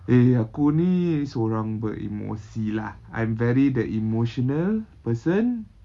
eh aku ni seorang beremosi lah I'm very the emotional person